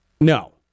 No